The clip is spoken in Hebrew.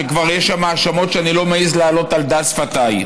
וכבר יש שמה האשמות שאני לא מעז להעלות על דל שפתי,